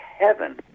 heaven